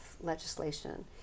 legislation